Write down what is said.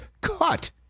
cut